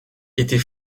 était